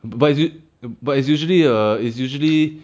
but is it but is usually err is usually